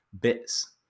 bits